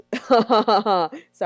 Sorry